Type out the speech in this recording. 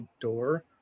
door